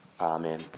Amen